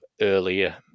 earlier